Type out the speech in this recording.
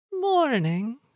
Morning